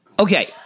Okay